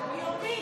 יומי.